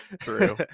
true